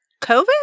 COVID